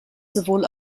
sowohl